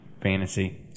fantasy